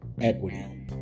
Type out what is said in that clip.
equity